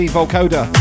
Volcoda